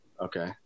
Okay